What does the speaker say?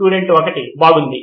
విద్యార్థి 1 బాగుంది